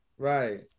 Right